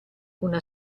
una